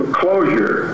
closure